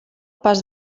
pas